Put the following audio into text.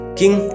king